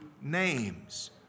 names